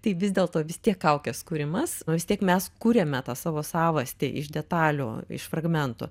tai vis dėlto vis tiek kaukės kūrimas nu vis tiek mes kuriame tą savo savastį iš detalių iš fragmentų